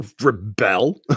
Rebel